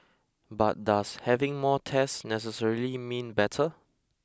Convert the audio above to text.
but does having more tests necessarily mean better